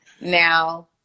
now